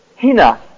Hina